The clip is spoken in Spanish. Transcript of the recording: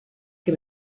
que